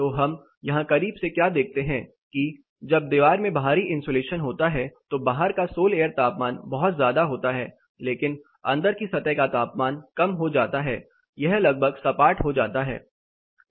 तो हम यहां करीब से क्या देखते हैं कि जब दीवार में बाहरी इन्सुलेशन होता है तो बाहर का सोल एयर तापमान बहुत ज्यादा होता है लेकिन अंदर की सतह का तापमान कम हो जाता हैं यह लगभग सपाट हो जाता है